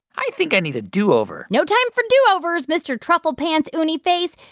i think i need a do-over no time for do-overs, mr. truffle pants uni face.